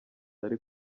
ari